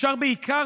אפשר בעיקר,